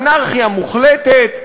אנרכיה מוחלטת.